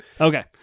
okay